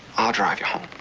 i'll drive you home.